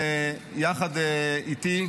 יחד איתי,